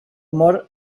mor